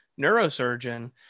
neurosurgeon